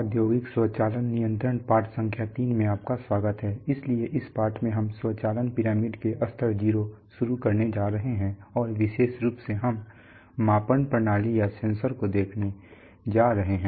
औद्योगिक स्वचालन नियंत्रण पाठ संख्या तीन में आपका स्वागत है इसलिए इस पाठ में हम स्वचालन पिरामिड के स्तर 0 शुरू करने जा रहे हैं और विशेष रूप से हम मापन प्रणाली या सेंसर को देखने जा रहे हैं